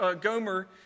Gomer